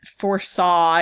foresaw